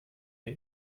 der